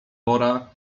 wora